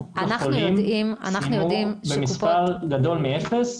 קופות החולים סיימו במספר גדול מאפס.